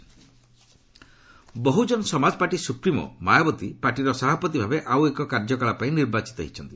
UP Mayawati Bahujan Samaj party supremo Mayawati ପାର୍ଟିର ସଭାପତି ଭାବେ ଆଉଏକ କାର୍ଯ୍ୟକାଳ ପାଇଁ ନିର୍ବାଚିତ ହୋଇଛନ୍ତି